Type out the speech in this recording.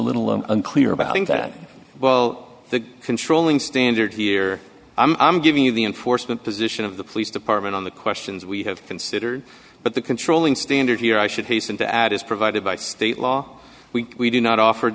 little unclear about that well the controlling standard here i'm giving you the enforcement position of the police department on the questions we have considered but the controlling standard here i should hasten to add is provided by state law we do not offer